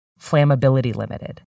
flammability-limited